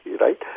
right